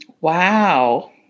Wow